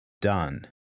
done